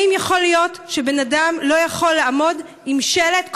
האם יכול להיות שבן אדם לא יכול לעמוד עם שלט?